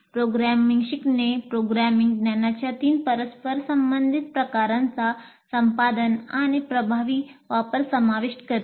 programming शिकणे programming ज्ञानाच्या तीन परस्परसंबंधित प्रकारांचा संपादन आणि प्रभावी वापर समाविष्ट करते